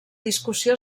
discussió